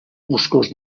boscós